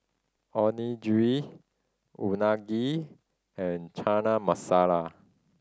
Onigiri Unagi and Chana Masala